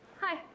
hi